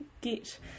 get